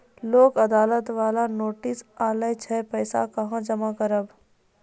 लोक अदालत बाला नोटिस आयल छै पैसा कहां जमा करबऽ?